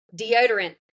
deodorant